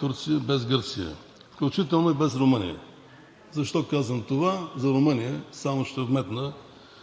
Турция, без Гърция, включително и без Румъния. Защо казвам това? За Румъния – само ще вметна,